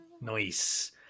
Nice